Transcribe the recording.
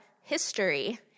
history